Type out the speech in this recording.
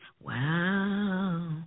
Wow